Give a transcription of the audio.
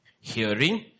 hearing